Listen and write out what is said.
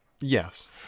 Yes